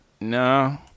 no